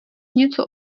něco